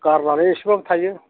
गारनानै एसेब्लाबो थायो